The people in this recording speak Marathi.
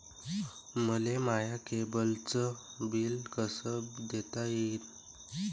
मले माया केबलचं बिल कस देता येईन?